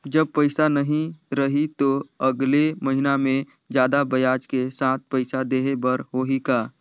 जब पइसा नहीं रही तो अगले महीना मे जादा ब्याज के साथ पइसा देहे बर होहि का?